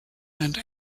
and